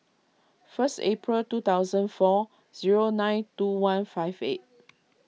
first April two thousand four zero nine two one five eight